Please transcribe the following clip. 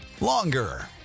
longer